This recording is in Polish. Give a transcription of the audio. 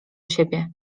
siebie